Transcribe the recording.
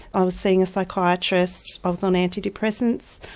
i was seeing a psychiatrist, i was on antidepressants,